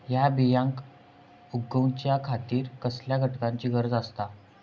हया बियांक उगौच्या खातिर कसल्या घटकांची गरज आसता?